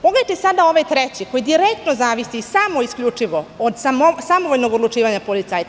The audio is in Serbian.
Pogledajte sada ovaj treći, koji direktno zavisi samo i isključivo od samovoljnog odlučivanja policajca.